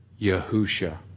Yahusha